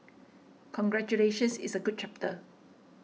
congratulations it's a good chapter